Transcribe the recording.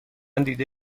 دیده